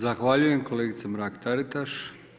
Zahvaljujem kolegici Mrak-Taritaš.